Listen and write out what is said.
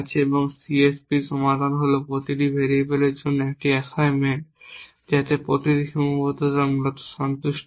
এবং CSP এর সমাধান হল প্রতিটি ভেরিয়েবলের জন্য একটি অ্যাসাইনমেন্ট যাতে প্রতিটি সীমাবদ্ধতা মূলত সন্তুষ্ট হয়